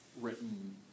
written